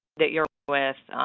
that you're with,